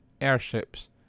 airships